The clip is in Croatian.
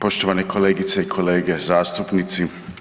Poštovane kolegice i kolege zastupnici.